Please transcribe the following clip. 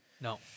No